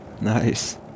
Nice